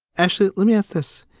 actually, let me ask this.